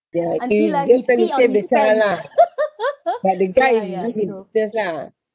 you're actually just trying to save the child lah but the guy he do his business lah